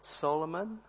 Solomon